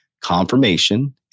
confirmation